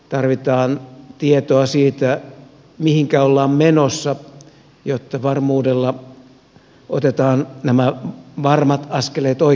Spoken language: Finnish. tarvitaan tietoa siitä mihinkä ollaan menossa jotta varmuudella otetaan nämä varmat askeleet oikeaan suuntaan